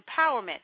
empowerment